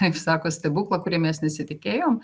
kaip sako stebuklą kurį mes nesitikėjom